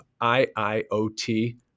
IIoT